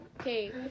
okay